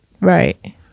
right